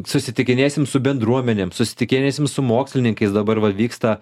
susitikinėsim su bendruomenėm susitikinėsim su mokslininkais dabar va vyksta